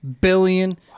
billion